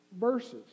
verses